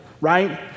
right